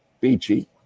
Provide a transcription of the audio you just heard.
Beachy